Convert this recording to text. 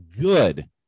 good